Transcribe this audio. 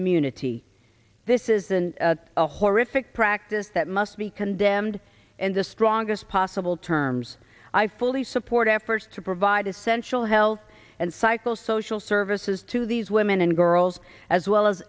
immunity this is a horrific practice that must be condemned and the strongest possible terms i fully support efforts to provide essential health and psycho social services to these women and girls as well as